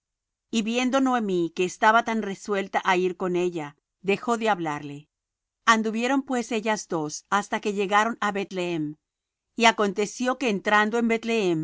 y viendo noemi que estaba tan resuelta á ir con ella dejó de hablarle anduvieron pues ellas dos hasta que llegaron á beth-lehem y aconteció que entrando en